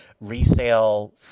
resale